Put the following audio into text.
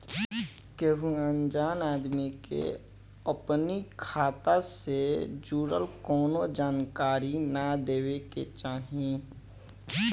केहू अनजान आदमी के अपनी खाता से जुड़ल कवनो जानकारी ना देवे के चाही